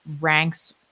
ranks